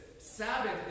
Sabbath